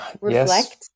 Reflect